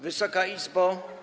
Wysoka Izbo!